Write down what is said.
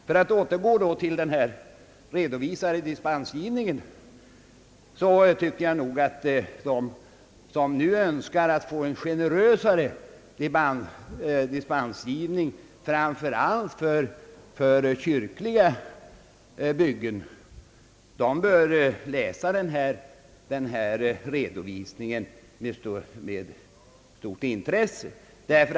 För att återgå till den redovisade dispensgivningen så tycker jag nog att den som önskar generösare dispensgivning, framför allt för kyrkliga byggen, bör läsa redovisningen med stort intresse.